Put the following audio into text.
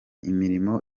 imirimo